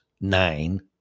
nine